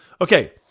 Okay